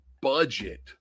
budget